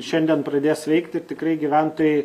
šiandien pradės veikti tikrai gyventojai